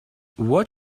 what